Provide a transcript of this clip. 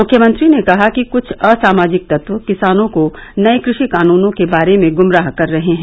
मुख्यमंत्री ने कहा कि कुछ असामाजिक तत्व किसानों को नए कृषि कानूनों के बारे में गुमराह कर रहे हैं